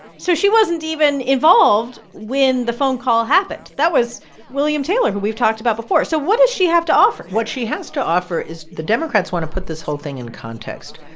so she wasn't even involved when the phone call happened. that was william taylor, who we've talked about before. so what does she have to offer? what she has to offer is the democrats want to put this whole thing in context.